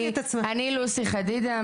אני לוסי חדידה,